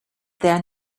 there